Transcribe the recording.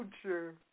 future